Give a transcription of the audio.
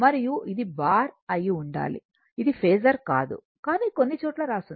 మరియు ఇది బార్ అయి ఉండాలి అది ఫేసర్ కాదు అని కొన్ని చోట్ల రాసుంది